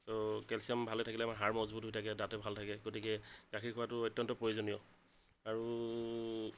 ত' calcium ভালে থাকিলে আমাৰ হাড় মজবুত হৈ থাকে দাঁতো ভালে থাকে গতিকে গাখীৰ খোৱাটো অত্যন্ত প্ৰয়োজনীয় আৰু